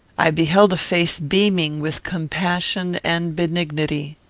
i beheld a face beaming with compassion and benignity.